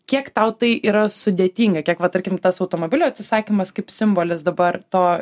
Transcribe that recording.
kiek tau tai yra sudėtinga kiek va tarkim tas automobilio atsisakymas kaip simbolis dabar to